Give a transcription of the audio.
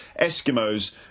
Eskimos